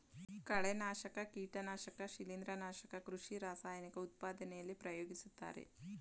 ಕಳೆನಾಶಕ, ಕೀಟನಾಶಕ ಶಿಲಿಂದ್ರ, ನಾಶಕ ಕೃಷಿ ರಾಸಾಯನಿಕ ಉತ್ಪಾದನೆಯಲ್ಲಿ ಪ್ರಯೋಗಿಸುತ್ತಾರೆ